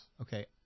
Okay